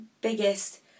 biggest